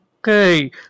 okay